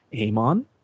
Amon